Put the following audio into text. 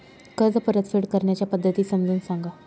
कर्ज परतफेड करण्याच्या पद्धती समजून सांगा